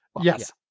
Yes